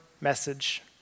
message